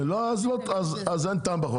לא, אם יש תוכנית עבודה.